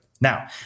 Now